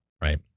Right